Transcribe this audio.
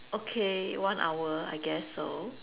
okay one hour I guess so